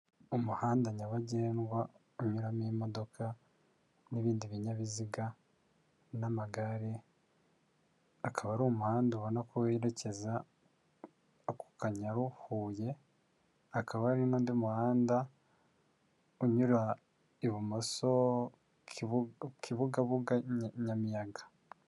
Umuhanda nyabagendwa unyuramo imodoka n'ibindi binyabiziga n'amagare, akaba ari umuhanda ubona ko werekeza ako Kanyaru Huye, hakaba hari n'undi muhanda unyura ibumoso Kibugabuga Nyamiyaga.